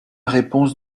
réponse